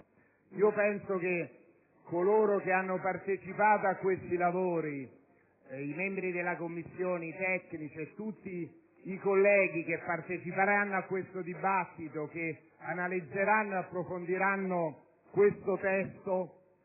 Penso che coloro che hanno partecipato a questi lavori, i membri della Commissione, i tecnici e tutti i colleghi che parteciperanno a questo dibattito, che analizzeranno e approfondiranno questo testo,